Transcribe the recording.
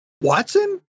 Watson